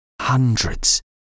hundreds